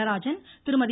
Natarajan Thirumathi